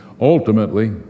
ultimately